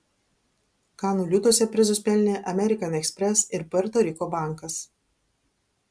kanų liūtuose prizus pelnė amerikan ekspres ir puerto riko bankas